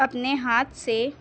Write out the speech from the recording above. اپنے ہاتھ سے